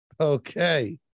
Okay